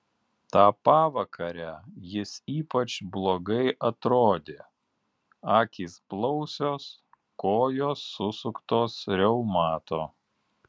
tą pavakarę jis ypač blogai atrodė akys blausios kojos susuktos reumato